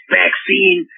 vaccine